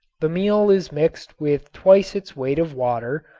the meal is mixed with twice its weight of water,